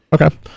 Okay